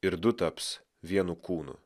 ir du taps vienu kūnu